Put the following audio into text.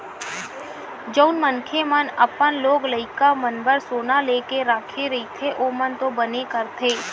जउन मनखे मन अपन लोग लइका मन बर सोना लेके रखे रहिथे ओमन तो बने करथे